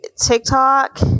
TikTok